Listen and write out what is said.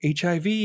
HIV